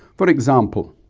for example,